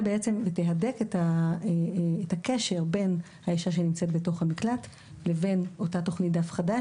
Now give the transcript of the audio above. תהדק את הקשר בין האישה שנמצאת בתוך המקלט לבין תוכנית "דף חדש",